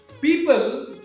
people